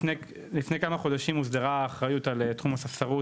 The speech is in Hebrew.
לפני כמה חודשים הוסדרה האחריות על תחום הספסרות,